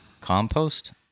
compost